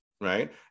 right